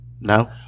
No